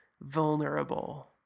vulnerable